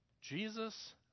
Jesus